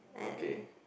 okay